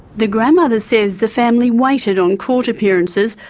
the grandmother says the family waited on court appearances,